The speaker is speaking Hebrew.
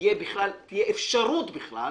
תהיה אפשרות בכלל